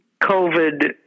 COVID